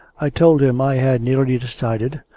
i told him i had nearly decided,